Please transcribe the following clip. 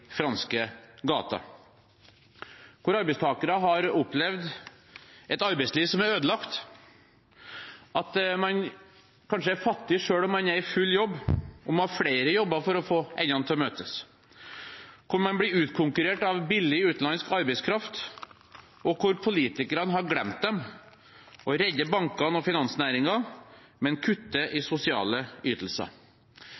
franske gater, der arbeidstakere har opplevd et arbeidsliv som er ødelagt, at man kanskje er fattig selv om man er i full jobb, og må ha flere jobber for å få endene til å møtes, hvor man blir utkonkurrert av billig utenlandsk arbeidskraft, og hvor politikerne har glemt dem, og redder bankene og finansnæringen, men kutter i